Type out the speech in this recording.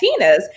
Latinas